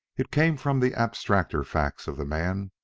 it came from the abstracter facts of the man,